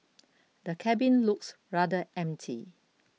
the cabin looks rather empty